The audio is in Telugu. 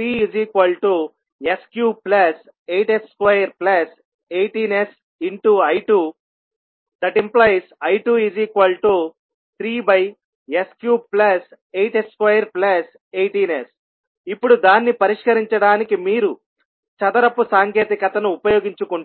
3s38s218sI2⇒I23s38s218s ఇప్పుడు దాన్ని పరిష్కరించడానికి మీరు చదరపు సాంకేతికతను ఉపయోగించుకుంటారు